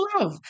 love